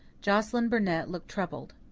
joscelyn burnett looked troubled.